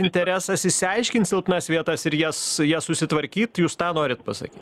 interesas išsiaiškint silpnas vietas ir jas ja susitvarkyt jūs tą norit pasakyt